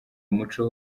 umuco